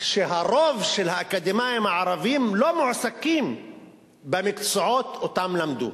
שרוב האקדמאים הערבים לא מועסקים במקצועות שאותם למדו.